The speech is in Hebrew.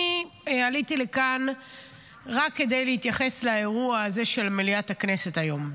עליתי לכאן רק כדי להתייחס לאירוע הזה של מליאת הכנסת היום.